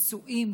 פצועים,